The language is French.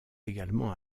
également